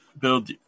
build